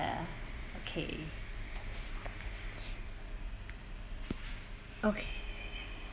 okay okay